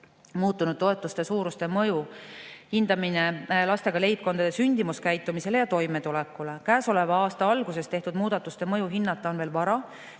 muutunud toetuste suuruse mõju hindamine lastega leibkondade sündimuskäitumisele ja toimetulekule. Käesoleva aasta alguses tehtud muudatuste mõju hinnata on veel vara,